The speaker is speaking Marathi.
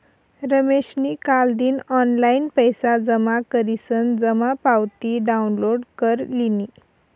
रमेशनी कालदिन ऑनलाईन पैसा जमा करीसन जमा पावती डाउनलोड कर लिनी